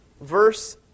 verse